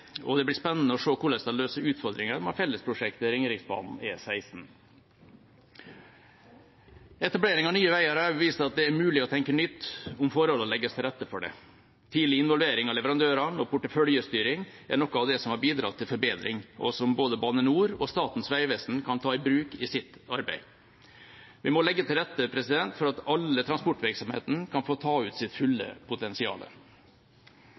og det blir spennende å se hvordan de løser utfordringene med fellesprosjektet Ringeriksbanen og E16. Etableringen av Nye Veier har også vist at det er mulig å tenke nytt om forholdene legges til rette for det. Tidlig involvering av leverandører og porteføljestyring er noe av det som har bidratt til forbedring, og som både Bane NOR og Statens vegvesen kan ta i bruk i sitt arbeid. Vi må legge til rette for at hele transportvirksomheten kan få ta ut sitt fulle